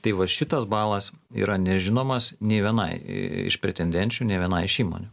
tai va šitas balas yra nežinomas nė vienai iš pretendenčių nė vienai iš įmonių